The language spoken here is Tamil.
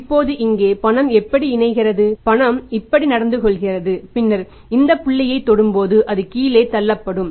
இப்போது இங்கே பணம் எப்படி இணைகிறது பணம் இப்படி நடந்து கொள்கிறது பின்னர் இந்த புள்ளியைத் தொடும்போது அது கீழே தள்ளப்படும்